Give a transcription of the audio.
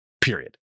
period